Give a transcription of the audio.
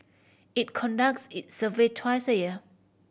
it conducts its survey twice a year